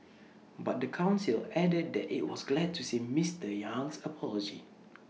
but the Council added that IT was glad to see Mister Yang's apology